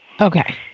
Okay